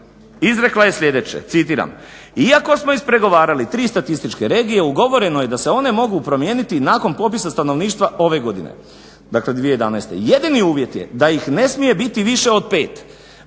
izrekla je sljedeće, citiram: